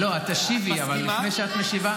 לא, אבל רגע, אל תרד, נבדוק אם היא מסכימה.